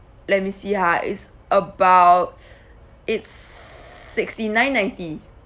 let me see ha it's about it's sixty nine ninety